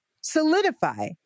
solidify